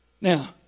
Now